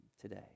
today